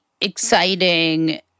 exciting